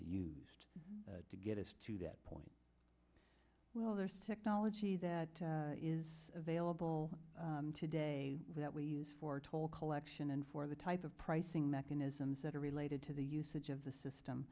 used to get us to that point well there's technology that is available today that we use for toll collection and for the type of pricing mechanisms that are related to the usage of the